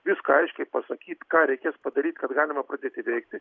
viską aiškiai pasakyt ką reikės padaryt kad galima pradėti veikti